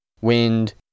wind